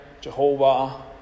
Jehovah